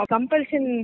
Compulsion